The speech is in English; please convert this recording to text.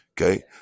Okay